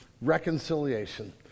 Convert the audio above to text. reconciliation